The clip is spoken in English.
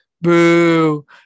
Boo